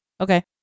Okay